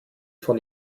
von